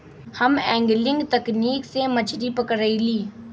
हम एंगलिंग तकनिक से मछरी पकरईली